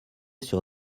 sur